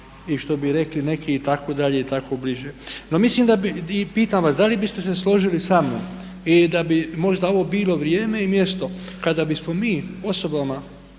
i što bi rekli neki i tako dalje i tako bliže. No mislim da bi, i pitam vas, da li biste se složili samnom, i da bi možda ovo bilo vrijeme i mjesto kada bismo mi osobama